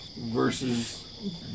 versus